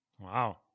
Wow